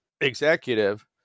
executive